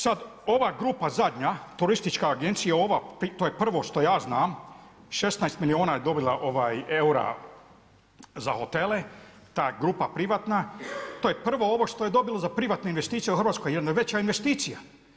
Sad ova grupa zadnja, turistička agencija ova, to je prvo što ja znam, 16 milijuna eura je dobila za hotele, ta grupa privatna, to je prvo ovo što je dobilo za privatne investicije u Hrvatskoj, jedna veća investicija.